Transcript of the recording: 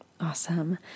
Awesome